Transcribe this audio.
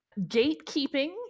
Gatekeeping